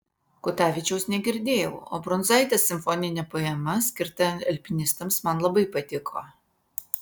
kutavičiaus negirdėjau o brundzaitės simfoninė poema skirta alpinistams man labai patiko